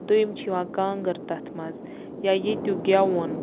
دوٚیِم چھِ یِوان کانٛگٕر تَتھ منٛز یا ییٚتیُک گیٚوُن